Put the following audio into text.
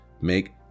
make